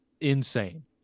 insane